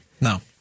No